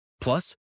Plus